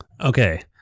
Okay